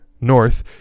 north